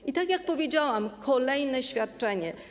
I tak jak powiedziałam, kolejne świadczenie.